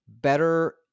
Better